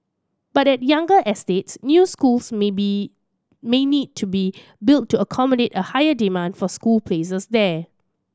but at younger estates new schools may be may need to be built to accommodate a higher demand for school places there